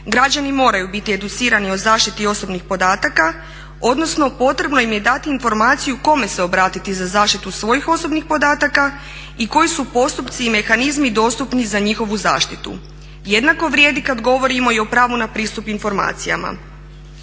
Građani moraju biti educirani o zaštiti osobnih podataka, odnosno potrebno im je dati informaciju kome se obratiti za zaštitu svojih osobnih podataka i koji su postupci i mehanizmi dostupni za njihovu zaštitu. Jednako vrijedi kad govorimo i o pravu na pristup informacijama.